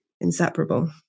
inseparable